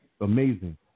amazing